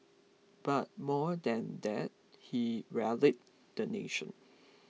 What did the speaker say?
but more than that he rallied the nation